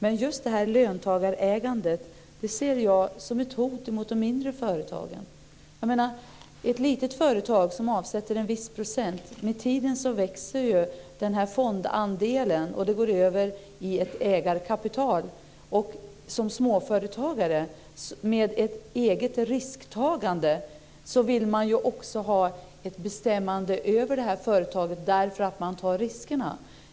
Men just löntagarägandet ser jag som ett hot mot de mindre företagen. Om ett litet företag avsätter en viss procent, växer fondandelen med tiden och går över i ett ägarkapital. Som småföretagare med ett eget risktagande vill man ju också ha ett bestämmande över företaget därför att man tar riskerna.